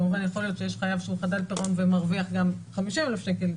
כמובן יכול להיות שיש חייב שהוא חדל פירעון ומרוויח גם 50,000 שקל,